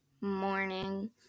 Morning